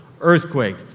earthquake